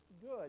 good